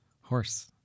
Horse